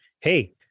hey